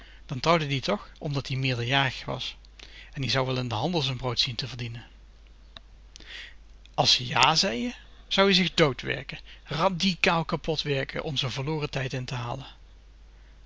dan trouwde ie tch omdat-ie meerderjarig was en ie zou wel in den handel z'n brood zien te verdienen als ze jà zeien zou-ie zich doodwerken radikaal kapot werken om z'n verloren tijd in te halen